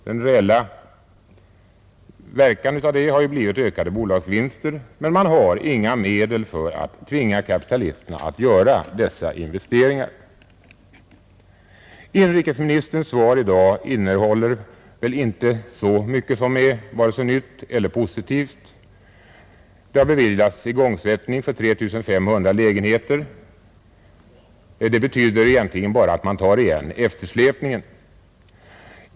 Den reella verkan av det har blivit ökade bolagsvinster, men man har inga medel för att tvinga kapitalisterna att göra dessa investeringar. Inrikesministerns svar i dag innehåller väl inte så mycket som är vare sig nytt eller positivt. Det har beviljats igångsättningstillstånd för 3 500 lägenheter; detta betyder egentligen bara att man tar igen eftersläpningen.